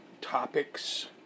topics